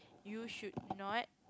you should not